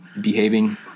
behaving